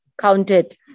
counted